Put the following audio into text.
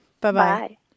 Bye-bye